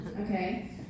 okay